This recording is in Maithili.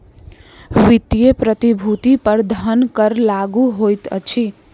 वित्तीय प्रतिभूति पर धन कर लागू होइत अछि